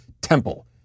temple